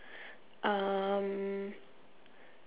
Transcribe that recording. um